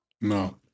No